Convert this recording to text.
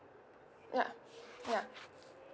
yup ya